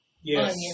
Yes